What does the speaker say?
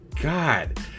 God